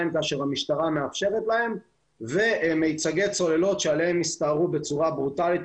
כאשר המשטר המאפשרת להם ומיצגי צוללות עליהם הסתערו בצורה ברוטלית,